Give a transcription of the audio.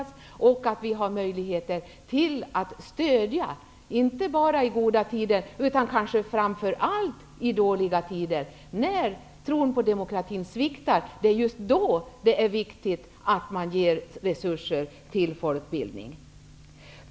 Dessutom skall vi se till att det finns möjligheter till stöd inte bara i goda tider utan också, och kanske framför allt, i dåliga tider när tron på demokratin sviktar. Det är viktigt att just då avsätta resurser till folkbildningen.